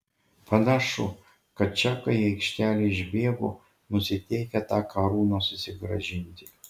panašu kad čekai į aikštelę išbėgo nusiteikę tą karūną susigrąžinti